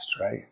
right